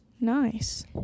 Nice